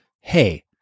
hey